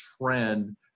trend